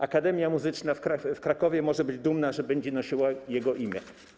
Akademia Muzyczna w Krakowie może być dumna, że będzie nosiła jego imię.